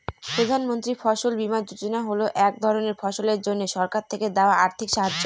প্রধান মন্ত্রী ফসল বীমা যোজনা হল এক ধরনের ফসলের জন্যে সরকার থেকে দেওয়া আর্থিক সাহায্য